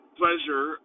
pleasure